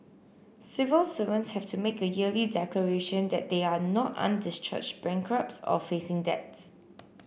civil servants have to make a yearly declaration that they are not undischarged bankrupts or facing debts